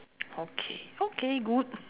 okay okay good